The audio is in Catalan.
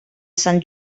sant